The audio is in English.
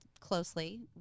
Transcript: closely